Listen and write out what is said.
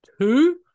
two